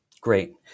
Great